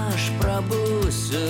aš prabusiu